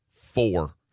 Four